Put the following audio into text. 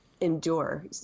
endure